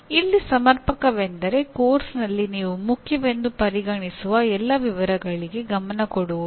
ಇಲ್ಲಿ ಸಮರ್ಪಕವೆಂದರೆ ಪಠ್ಯಕ್ರಮದಲ್ಲಿ ನೀವು ಮುಖ್ಯವೆಂದು ಪರಿಗಣಿಸುವ ಎಲ್ಲಾ ವಿವರಗಳಿಗೆ ಗಮನ ಕೊಡುವುದು